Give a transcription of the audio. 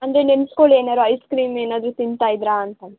ಅಂದರೆ ನೆನ್ಸ್ಕೊಳ್ಳಿ ಏನಾದ್ರು ಐಸ್ ಕ್ರೀಮ್ ಏನಾದ್ರೂ ತಿಂತಾ ಇದ್ದಿರಾ ಅಂತ